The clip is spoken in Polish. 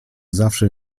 zawsze